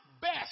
best